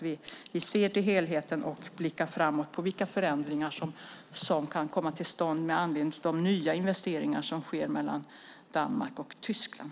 Vi ser till helheten och blickar framåt på vilka förändringar som kan komma till stånd med anledning av de nya investeringar som sker mellan Danmark och Tyskland.